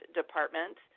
department